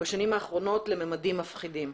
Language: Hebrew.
בשנים האחרונות לממדים מפחדים.